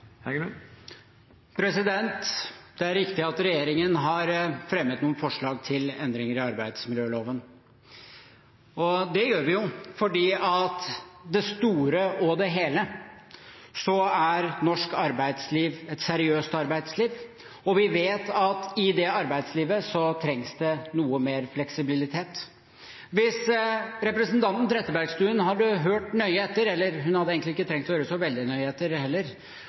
tatt? Det er riktig at regjeringen har fremmet noen forslag til endringer i arbeidsmiljøloven. Det gjør vi fordi norsk arbeidsliv i det store og hele er et seriøst arbeidsliv, og vi vet at i det arbeidslivet trengs det noe mer fleksibilitet. Hvis representanten Trettebergstuen hadde hørt nøye etter – hun hadde egentlig ikke trengt å høre så veldig nøye etter, heller